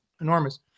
Enormous